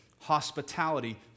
hospitality